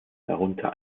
darunter